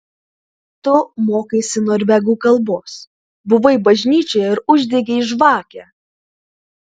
tu mokaisi norvegų kalbos buvai bažnyčioje ir uždegei žvakę